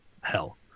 hell